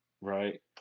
Right